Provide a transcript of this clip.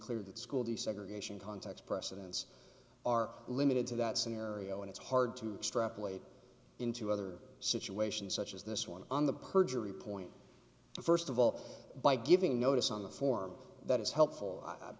clear that school desegregation context precedents are limited to that scenario and it's hard to strap late into other situations such as this one on the perjury point first of all by giving notice on the form that is helpful